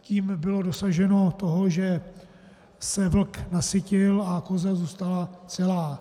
Tím bylo dosaženo toho, že se vlk nasytil a koza zůstala celá.